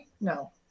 no